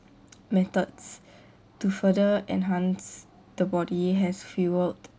methods to further enhance the body has fueled